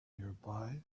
nearby